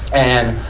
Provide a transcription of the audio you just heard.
and,